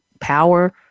power